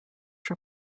from